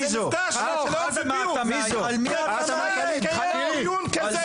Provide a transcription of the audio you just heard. בושה לקיים דיון כזה.